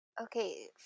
Okay